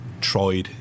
tried